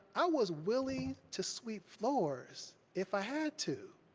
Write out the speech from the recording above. i was willing to sweep floors if i had to.